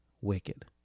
wicked